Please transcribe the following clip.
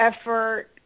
effort